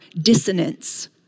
dissonance